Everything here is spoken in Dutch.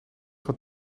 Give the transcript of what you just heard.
van